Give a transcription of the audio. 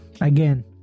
again